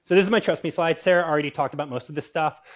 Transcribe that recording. but is my trust me slide. sarah already talked about most of this stuff.